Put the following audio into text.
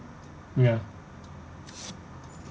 ya